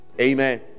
amen